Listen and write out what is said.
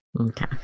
Okay